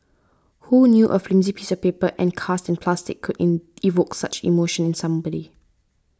who knew a flimsy piece of paper encased in plastic could in evoke such emotion in somebody